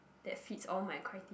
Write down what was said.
that fits all my criter~